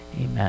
Amen